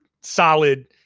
solid